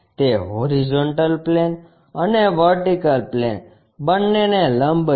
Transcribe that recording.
તે horizontal plane અને vertical plane બંને ને લંબ છે